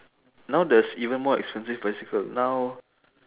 now there's even more expensive bicycle now